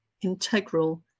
integral